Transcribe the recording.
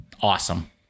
awesome